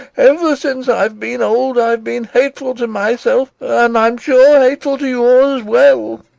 ever since i have been old i have been hateful to myself, and i am sure, hateful to you all as well.